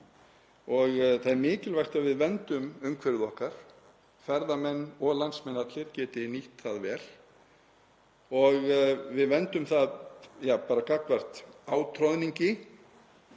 Það er mikilvægt að við verndum umhverfi okkar, ferðamenn og landsmenn allir geti nýtt það vel og ef við verndum það fyrir átroðningi